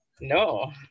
No